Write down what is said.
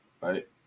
right